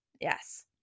yes